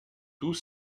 tous